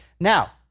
Now